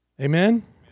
Amen